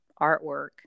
artwork